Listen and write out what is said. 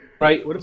Right